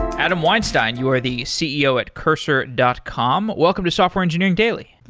adam weinstein, you are the ceo at cursor dot com. welcome to software engineering daily.